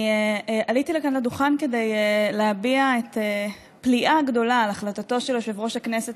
אני עליתי לכאן לדוכן כדי להביע פליאה גדולה על החלטתו של יושב-ראש הכנסת